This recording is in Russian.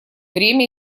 время